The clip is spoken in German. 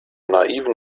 naiven